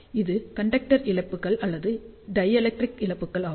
அது கண்டெக்டர் இழப்புகள் அல்லது டைஎலெக்ட்ரிக் இழப்புகள் ஆகும்